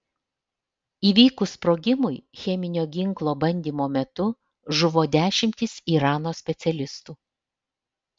įvykus sprogimui cheminio ginklo bandymo metu žuvo dešimtys irano specialistų